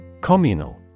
Communal